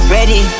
Ready